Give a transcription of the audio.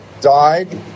died